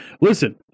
Listen